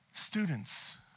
Students